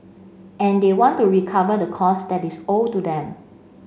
and they want to recover the costs that is owed to them